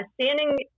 standing